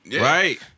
Right